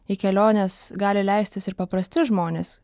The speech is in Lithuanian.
į keliones gali leistis ir paprasti žmonės